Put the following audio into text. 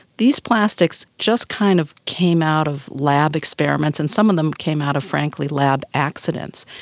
these plastics just kind of came out of lab experiments and some of them came out of, frankly, lab accidents.